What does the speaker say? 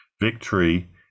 Victory